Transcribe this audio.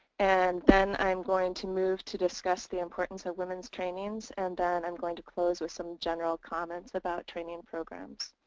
and then i'm going to move to discuss the importance of women's trainings and then i'm going to close with some general comments about training programs.